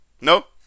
Nope